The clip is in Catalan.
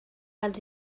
els